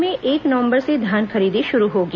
प्रदेश में एक नवम्बर से धान खरीदी शुरू होगी